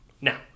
now